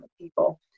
people